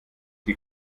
die